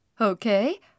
Okay